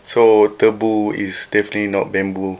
so tebu is definitely not bamboo